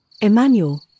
Emmanuel